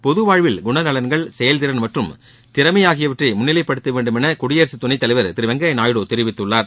பொதுவாழ்வில் குணநலன்கள் செயல்திறன் மற்றும் திறமை ஆகியவற்றை முன்னிலைப்படுத்த வேண்டும் என குடியரசுத் துணைத் தலைவர் திரு வெங்கய்யா நாயுடு தெரிவித்துள்ளார்